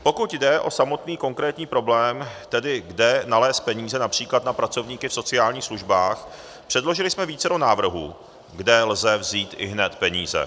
Pokud jde o samotný konkrétní problém, tedy kde nalézt peníze např. na pracovníky v sociálních službách, předložili jsme vícero návrhů, kde lze vzít ihned peníze.